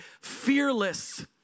fearless